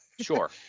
Sure